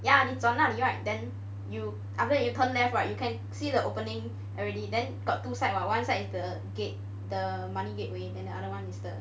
ya 你转那里 right then you after you turn left right you can see the opening already then got two side [what] one side is the gate the money gateway then the other one is the